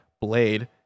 Blade